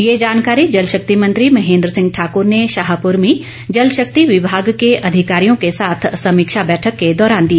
ये जानकारी जलशक्ति मंत्री महेन्द्र सिंह ठाक्र ने शाहपुर में जलशक्ति विभाग के अधिकारियों के साथ समीक्षा बैठक के दौरान दी